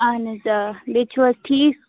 اہن حظ آ بیٚیہِ چھو حظ ٹھیٖک